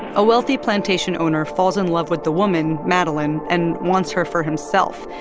a wealthy plantation owner falls in love with the woman, madeline, and wants her for himself.